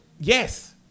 yes